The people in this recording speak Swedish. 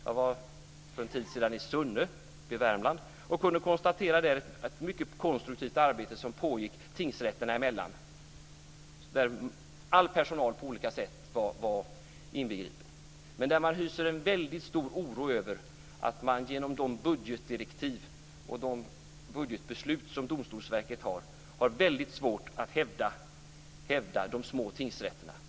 Jag var för en tid sedan i Sunne i Värmland och kunde konstatera att ett mycket konstruktivt arbete pågick tingsrätterna emellan, där all personal på olika sätt var inbegripen. Men man hyser en stor oro för att man genom de budgetdirektiv och de budgetbeslut som Domstolsverket tar kommer att få svårt att hävda de små tingsrätterna.